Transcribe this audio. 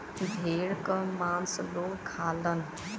भेड़ क मांस लोग खालन